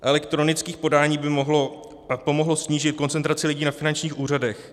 Elektronické podání by pomohlo snížit koncentraci lidí na finančních úřadech.